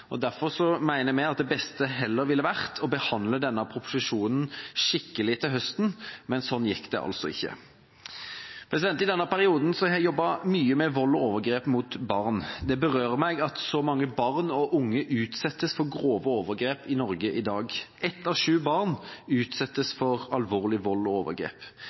og derfor mener vi at det beste heller ville vært å behandle denne proposisjonen skikkelig til høsten, men slik gikk det altså ikke. I denne perioden har jeg jobbet mye med vold og overgrep mot barn. Det berører meg at så mange barn og unge utsettes for grove overgrep i Norge i dag. Ett av sju barn utsettes for alvorlig vold og overgrep.